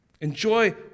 Enjoy